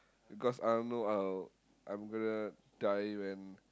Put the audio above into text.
because I don't know uh I'm gonna die when